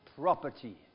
property